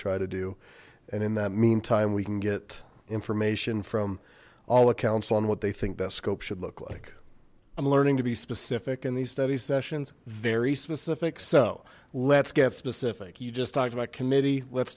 try to do and in that meantime we can get information from all accounts on what they think that scope should like i'm learning to be specific in these study sessions very specific so let's get specific you just talked about committee let's